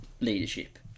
leadership